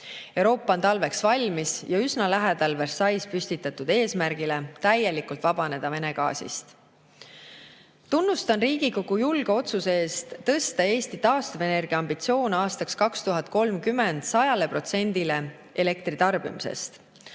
Euroopa on talveks valmis ja üsna lähedal Versailles's püstitatud eesmärgile täielikult vabaneda Vene gaasist. Tunnustan Riigikogu julge otsuse eest tõsta Eesti taastuvenergia ambitsioon aastaks 2030 sajale protsendile